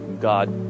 God